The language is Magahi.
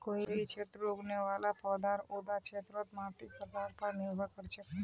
कोई क्षेत्रत उगने वाला पौधार उता क्षेत्रेर मातीर प्रकारेर पर निर्भर कर छेक